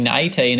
18